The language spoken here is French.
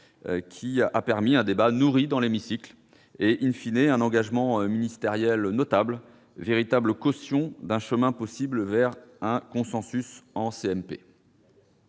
lieu à un débat nourri dans l'hémicycle et,, à un engagement ministériel notable, véritable caution d'un chemin possible vers un consensus en